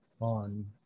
on